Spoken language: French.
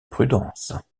prudence